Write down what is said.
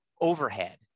overhead